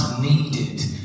needed